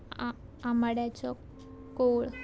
आ आमाड्याचो कोळ